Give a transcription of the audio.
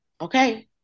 okay